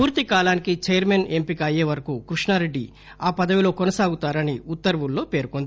పూర్తి కాలానికి చైర్మన్ ఎంపిక అయ్యే వరకు కృష్ణారెడ్డి ఆ పదవిలో కొనసాగుతారని ఉత్తర్వుల్లో పేర్కొన్నది